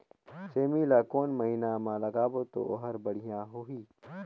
सेमी ला कोन महीना मा लगाबो ता ओहार बढ़िया होही?